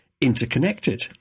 interconnected